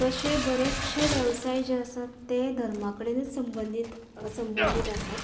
तशे बरेचशें वेवसाय जे आसात तें धर्मा कडेनूच संबंदीत संबंदीत आसात